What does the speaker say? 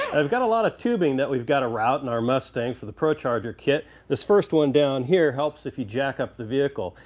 i've got a lot of tubing that we've got to route in our mustang for the procharger kit this first one down here helps if you jack up the vehicle.